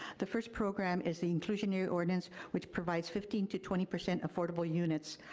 the first program is the inclusionary ordinance which provides fifteen to twenty percent affordable units.